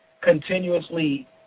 continuously